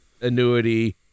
annuity